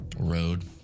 Road